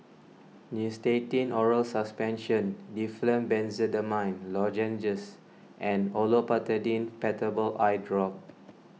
Nystatin Oral Suspension Difflam Benzydamine Lozenges and Olopatadine Patanol Eyedrop